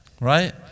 right